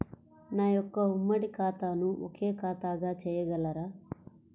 నా యొక్క ఉమ్మడి ఖాతాను ఒకే ఖాతాగా చేయగలరా?